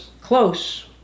close